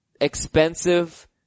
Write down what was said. expensive